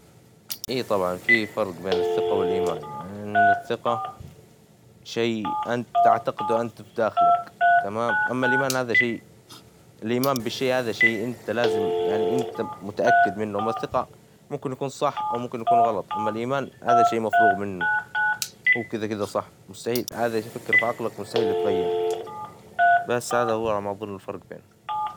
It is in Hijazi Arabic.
إي طبعًا في فرج بين الثقة والإيمان إن الثقة شيء أنت تعتقده أنت في داخلك تمام، أما الإيمان هذا شيء الإيمان بالشيء هذا شيء إنت لازم يعني إنت متأكد منه أما الثقة ممكن يكون صح أو ممكن يكون غلط أما الإيمان هذا شيء مفروغ منه هو كذا كذا صح مستحيل هذا إيش يفكر في عقلك مستحيل يتغير، بس هذا هو على ما أظن الفرج بينهم.